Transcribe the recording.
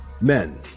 Men